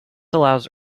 allows